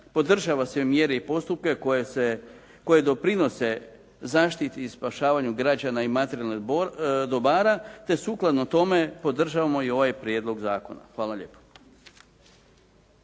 podržava sve mjere i postupke koje se, koje doprinose zaštiti i spašavanju građana i materijalnih dobara, te sukladno tome podržavamo i ovaj prijedlog zakona. Hvala lijepo.